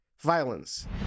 violence